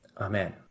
Amen